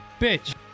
bitch